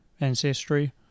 ancestry